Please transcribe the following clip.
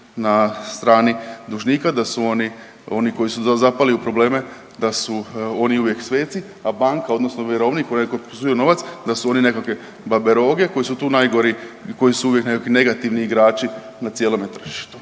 na strani dužnika, da su oni, oni koji su zapali u probleme da su oni uvijek sveci, a banka odnosno vjerovnik, onaj ko posuđuje novac da su oni nekakve babe roge koji su tu najgori i koji su uvijek negativni igrači na cijelome tržištu.